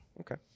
Okay